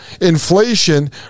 inflation